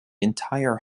entire